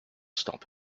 stop